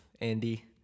Andy